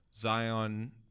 Zion